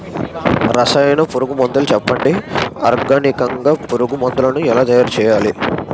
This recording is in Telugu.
రసాయన పురుగు మందులు చెప్పండి? ఆర్గనికంగ పురుగు మందులను ఎలా తయారు చేయాలి?